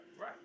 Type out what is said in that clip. right